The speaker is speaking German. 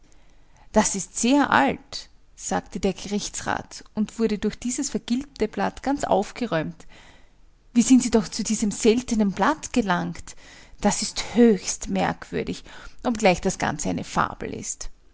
das ist sehr alt sagte der gerichtsrat und wurde durch dieses vergilbte blatt ganz aufgeräumt wie sind sie doch zu diesem seltenen blatt gelangt das ist höchst merkwürdig obgleich das ganze eine fabel ist